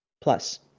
plus